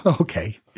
Okay